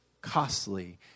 costly